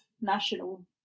national